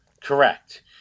Correct